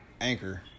Anchor